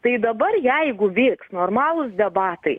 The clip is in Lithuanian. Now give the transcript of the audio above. tai dabar jeigu vyks normalūs debatai